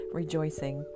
rejoicing